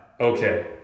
Okay